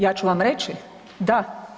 Ja ću vam reći da.